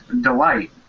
delight